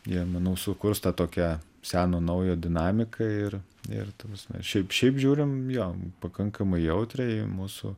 jie manau sukurs tą tokią seno naujo dinamiką ir ir taps na šiaip šiaip žiūrim jo pakankamai jautriai mūsų